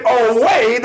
away